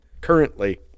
currently